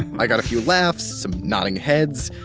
i got a few laughs, some nodding heads,